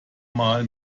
mal